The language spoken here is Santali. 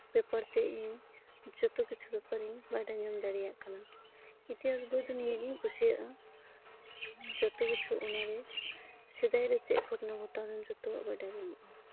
ᱵᱮᱯᱟᱨᱛᱮ ᱤᱧ ᱡᱚᱛᱚ ᱠᱤᱪᱷᱩ ᱵᱮᱯᱟᱨᱤᱧ ᱵᱟᱰᱟᱭ ᱧᱟᱢ ᱫᱟᱲᱮᱭᱟᱜ ᱠᱟᱱᱟ ᱤᱛᱤᱦᱟᱥ ᱵᱳᱭ ᱫᱚ ᱱᱤᱭᱟᱹᱜᱤᱧ ᱠᱩᱥᱤᱭᱟᱜᱼᱟ ᱡᱚᱛᱚ ᱠᱤᱪᱷᱩ ᱚᱱᱟᱨᱮ ᱥᱮᱫᱟᱭ ᱨᱮ ᱪᱮᱫ ᱠᱚ ᱜᱷᱚᱴᱚᱱᱟ ᱜᱷᱚᱴᱟᱣ ᱞᱮᱱ ᱡᱚᱛᱚᱣᱟᱜ ᱵᱟᱰᱟᱭ ᱧᱟᱢᱚᱜᱼᱟ